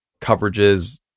coverages